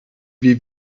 wie